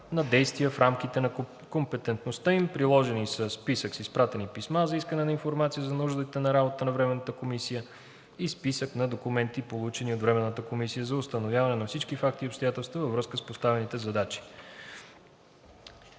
на действия в рамките на компетентността им. IV. Приложения. 1. Списък с изпратени писма за искане на информация за нуждите на работата на Временната комисия; 2. Списък на документи, получени от Временната комисия за установяване на всички факти и обстоятелства във връзка с поставените задачи.“